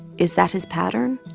is that his pattern?